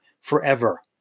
forever